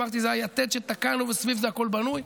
אמרתי, זה היתד שתקענו וסביב זה הכול בנוי.